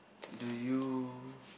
do you